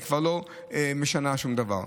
היא כבר לא משנה שום דבר.